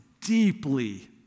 deeply